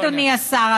אדוני השר,